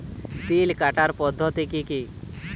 তিল কাটার পদ্ধতি কি কি?